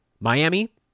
Miami